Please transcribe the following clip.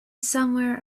somewhere